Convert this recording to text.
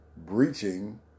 breaching